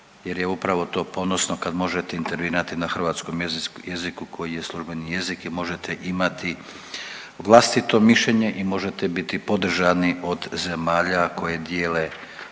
jer je upravo to ponosno kad možete intervinati na hrvatskom jeziku koji je službeni jezik i možete imati vlastito mišljenje i možete biti podržani od zemalja koje dijele